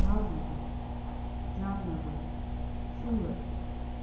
Bhavnagar Jamnagar Surat